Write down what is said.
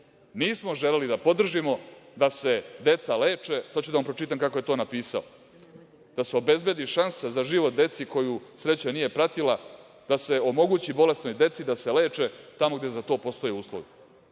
nismo želeli da podržimo da se deca leče, sad ću da vam pročitam kako je to napisao - Da se obezbedi šansa za život deci koju sreća nije pratila, da se omogući bolesnoj deci da se leče tamo gde za to postoje uslovi. Dakle,